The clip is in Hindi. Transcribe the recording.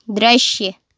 दृश्य